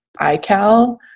iCal